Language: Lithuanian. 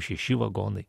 šeši vagonai